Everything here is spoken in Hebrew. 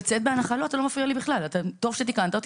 אתה בכלל לא מפריע לי, טוב שתיקנת אותי.